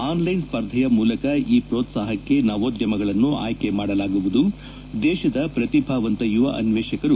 online ಸ್ಪರ್ಧೆಯ ಮೂಲಕ ಈ ಪ್ರೋತ್ಪಾಹಕ್ಕೆ ನವೋದ್ಯಮಗಳನ್ನು ಆಯ್ಕೆ ಮಾದಲಾಗುವುದು ದೇಶದ ಪ್ರತಿಭಾವಂತ ಯುವ ಅನ್ವೇಷಕರು